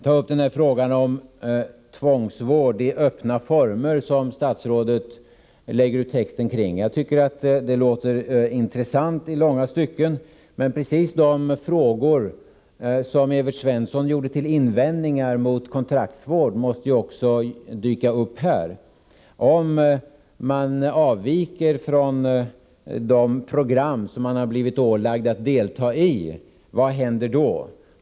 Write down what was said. Jag vill ta upp frågan om tvångsvård i öppna former, som statsrådet lägger ut texten kring. Jag tycker att det låter intressant i långa stycken. Men precis de frågor som Evert Svensson anförde som invändningar mot kontraktsvård måste också dyka upp i detta sammanhang. Och om man avviker från de program som man har blivit ålagd att delta i — vad händer då?